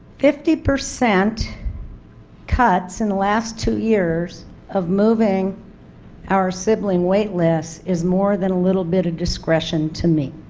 fifty percent cuts in the last two years of moving our sibling waitlist is more than a little bit of discretion to me.